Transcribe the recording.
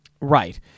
Right